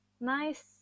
nice